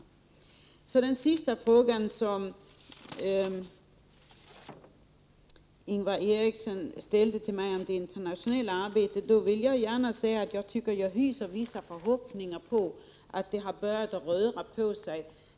Som svar på den sista frågan som Ingvar Eriksson ställde till mig, om det internationella arbetet, vill jag gärna säga att jag hyser vissa förhoppningar om att det har börjat att röra på sig.